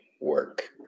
work